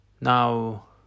Now